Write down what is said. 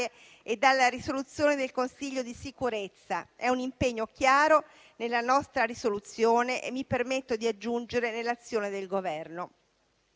e dalla risoluzione del Consiglio di sicurezza, è un impegno chiaro nella nostra mozione e mi permetto di aggiungere nell'azione del Governo.